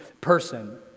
person